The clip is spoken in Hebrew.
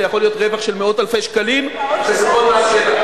זה יכול להיות רווח של מאות אלפי שקלים חיסכון מס שבח.